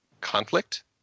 conflict